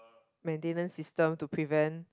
maintenance system to prevent